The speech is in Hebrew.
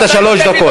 זה נושא שאנחנו כולנו,